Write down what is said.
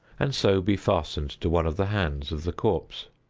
and so be fastened to one of the hands of the corpse.